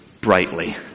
brightly